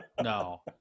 No